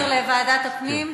אנחנו נעביר לוועדת הפנים?